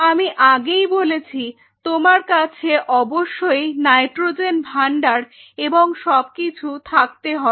আমি আগেই বলেছি তোমার কাছে অবশ্যই নাইট্রোজেন ভান্ডার এবং সবকিছু থাকতে হবে